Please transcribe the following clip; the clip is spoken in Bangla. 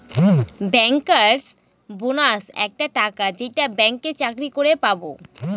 ব্যাঙ্কার্স বোনাস একটা টাকা যেইটা ব্যাঙ্কে চাকরি করে পাবো